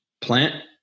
Plant